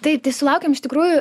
tai tai sulaukėm iš tikrųjų